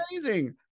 amazing